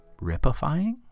ripifying